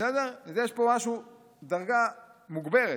יש פה דרגה מוגברת.